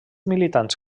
militants